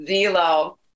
zelo